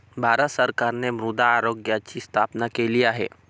भारत सरकारने मृदा आरोग्याची स्थापना केली आहे